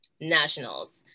nationals